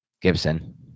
Gibson